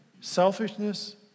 selfishness